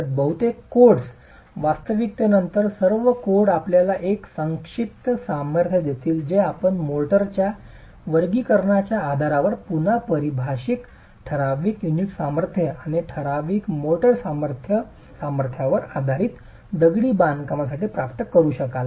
तर बहुतेक कोड्स वास्तविकतेनंतर सर्व कोड आपल्याला एक संक्षिप्त सामर्थ्य देतील जे आपण मोर्टारच्या वर्गीकरणाच्या आधारावर पुन्हा परिभाषित ठराविक युनिट सामर्थ्य आणि ठराविक मोर्टार सामर्थ्यावर आधारित दगडी बांधकामासाठी प्राप्त करू शकाल